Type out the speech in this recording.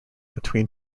between